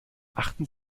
achten